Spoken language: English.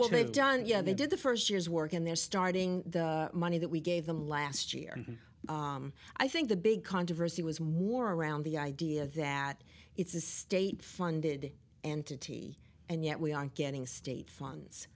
until they've done yeah they did the first year's work and they're starting the money that we gave them last year and i think the big controversy was more around the idea that it's a state funded entity and yet we aren't getting state funds